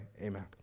Amen